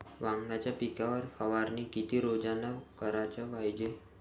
वांग्याच्या पिकावर फवारनी किती रोजानं कराच पायजे?